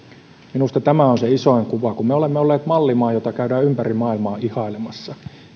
minusta tämä on se isoin kuva kun me olemme olleet mallimaa jota käydään ympäri maailmaa ihailemassa